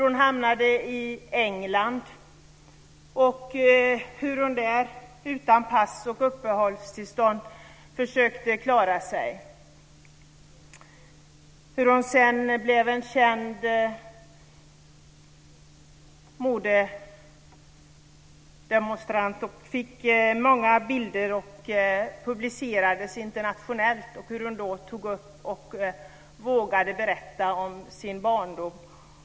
Hon hamnade i England och försökte där utan pass och uppehållstillstånd klara sig. Hon blev en känd modell och fick många bilder publicerade internationellt, och då vågade hon ta upp och berätta om sin barndom.